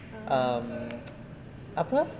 mm apa eh